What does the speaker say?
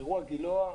אירוע גילה,